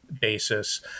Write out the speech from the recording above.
basis